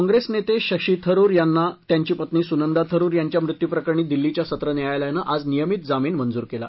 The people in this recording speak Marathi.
कॉंप्रेस नेते शशी थरूर यांना त्यांची पत्नी सुनंदा थरूर यांच्या मृत्यूप्रकरणी दिल्लीच्या सत्रन्यायालयानं आज नियमित जामीन मंजूर केला